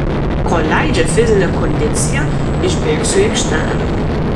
kol leidžia fizinė kondicija išbėgsiu į aikštelę